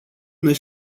noi